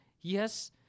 Yes